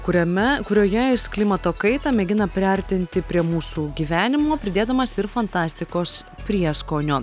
kuriame kurioje jis klimato kaitą mėgina priartinti prie mūsų gyvenimų pridėdamas ir fantastikos prieskonio